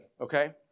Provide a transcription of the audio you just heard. okay